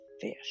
fish